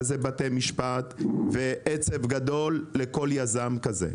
ואז זה בתי משפט ועצב גדול לכל יזם כזה.